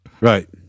Right